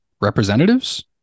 representatives